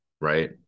right